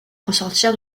ressortir